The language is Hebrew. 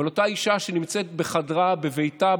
אבל אותה אישה שנמצאת בחדרה בביתה,